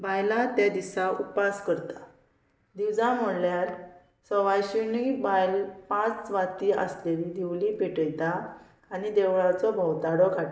बायलां त्या दिसा उपास करता दिवजां म्हणल्यार सवायशिणी बायल पांच वाती आसलेली दिवली पेटयता आनी देवळाचो भोंवताडो काडटा